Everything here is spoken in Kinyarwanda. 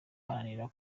aharanira